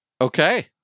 Okay